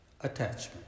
Attachment